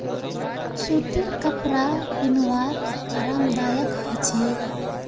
सूतीर कपरा पिहनवार आरामदायक ह छेक